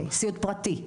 סיעוד פרטי?